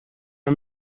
are